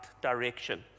direction